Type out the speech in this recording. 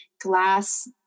glass